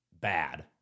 bad